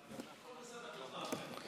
הכול בסדר חוץ מההפגנות.